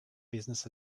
business